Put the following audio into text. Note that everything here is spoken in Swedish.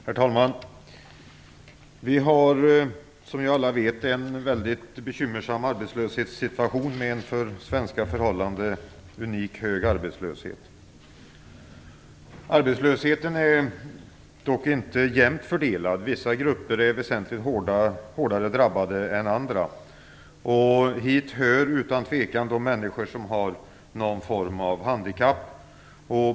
Herr talman! Vi har, som vi alla vet, en mycket bekymmersam arbetslöshetssituation, med en för svenska förhållanden unikt hög arbetslöshet. Arbetslösheten är dock inte jämnt fördelad. Vissa grupper är väsentligt hårdare drabbade än andra. Hit hör utan tvekan de människor som har någon form av handikapp.